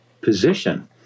position